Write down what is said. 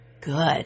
good